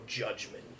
judgment